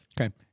Okay